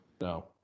no